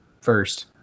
first